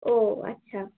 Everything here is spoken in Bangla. ও আচ্ছা